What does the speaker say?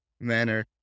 manner